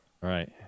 right